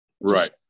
Right